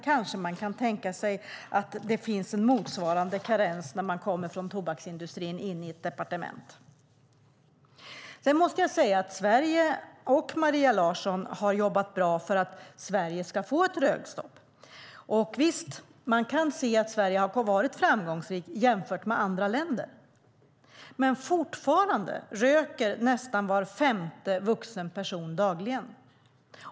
Kanske man kan tänka sig att det finns en motsvarande karens för den som kommer från tobaksindustrin in i ett departement. Jag måste säga att Sverige och Maria Larsson har jobbat bra för att Sverige ska få ett rökstopp. Och visst kan man se att Sverige har varit framgångsrikt jämfört med andra länder. Men fortfarande röker nästan var femte vuxen person dagligen.